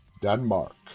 Denmark